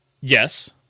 Yes